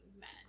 men